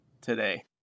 today